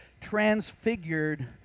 transfigured